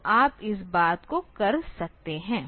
तो आप इस बात को कर सकते हैं